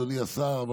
אדוני השר,